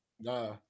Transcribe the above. Nah